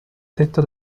tetto